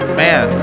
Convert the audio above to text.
man